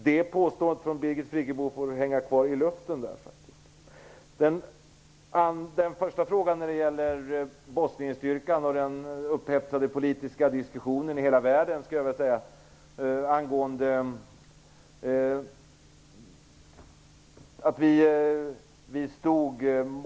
Därför får det påståendet från Birgit Friggebo hänga kvar i luften. Den första frågan gäller Bosnienstyrkan och den upphetsade politiska diskussionen i - jag skulle vilja säga - hela världen.